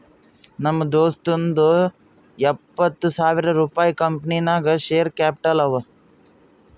ನಮ್ ದೋಸ್ತುಂದೂ ಎಪ್ಪತ್ತ್ ಸಾವಿರ ರುಪಾಯಿ ಕಂಪನಿ ನಾಗ್ ಶೇರ್ ಕ್ಯಾಪಿಟಲ್ ಅವ